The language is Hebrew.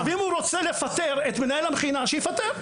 אם הם רוצים לפטר את מנהל המכינה שיפטרו.